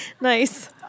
Nice